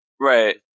Right